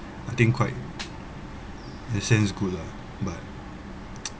I think quite in a sense good lah but